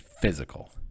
physical